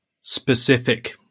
specific